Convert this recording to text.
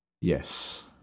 Yes